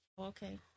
Okay